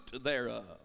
thereof